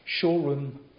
Showroom